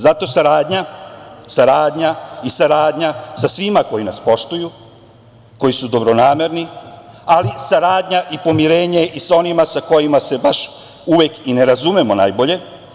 Zato, saradnja, saradnja i saradnja sa svima koji nas poštuju, koji su dobronamerni, ali saradnja i pomirenje i sa onima sa kojima se baš uvek i ne razumemo najbolje.